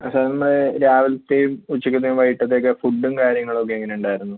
ആ സാറിന് രാവിലത്തെയും ഉച്ചക്കത്തെയും വൈകീട്ടത്തെയും ഓക്കെ ഫുഡും കാര്യങ്ങളൊക്കെ എങ്ങനെ ഉണ്ടായിരുന്നു